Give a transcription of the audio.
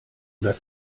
das